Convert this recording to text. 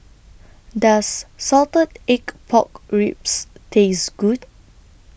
Does Salted Egg Pork Ribs Taste Good